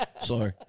Sorry